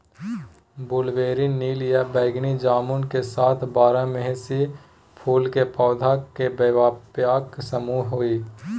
blueberry नीला या बैगनी जामुन के साथ बारहमासी फूल के पौधा के व्यापक समूह हई